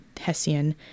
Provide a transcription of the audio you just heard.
Hessian